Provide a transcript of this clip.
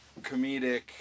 comedic